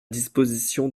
disposition